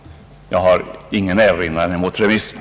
Jag har ingen erinran mot remissen.